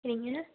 சரிங்க